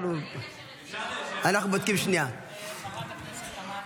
אנחנו נחכה לחברת הכנסת, אבל